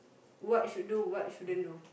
what should do what shouldn't do